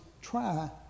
try